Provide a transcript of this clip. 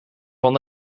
van